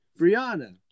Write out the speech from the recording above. Brianna